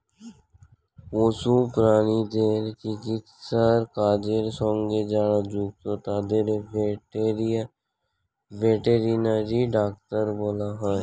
পশু প্রাণীদের চিকিৎসার কাজের সঙ্গে যারা যুক্ত তাদের ভেটেরিনারি ডাক্তার বলা হয়